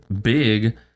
big